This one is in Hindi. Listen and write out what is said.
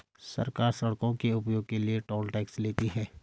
सरकार सड़कों के उपयोग के लिए टोल टैक्स लेती है